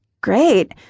Great